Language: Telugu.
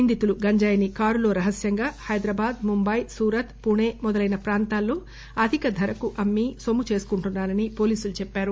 నిందితులు గంజాయిని కారులో రహస్వంగా హైదరాబాద్ ముంబాయి సూరత్ పూణే మొదలైన ప్రాంతాల్లో అధిక దరకు అమ్మి నొమ్ము చేసుకుంటున్నారని పోలీసులు తెలిపారు